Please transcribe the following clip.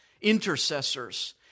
intercessors